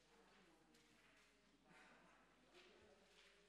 בעזרת השם,